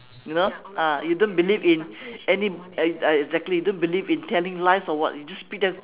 you know ah you don't believe in any exactly you don't believe in telling lies or what you just speak them